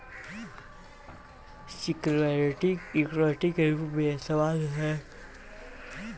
security equity के रूप में सामान्य शेयर के भी लिहल जाला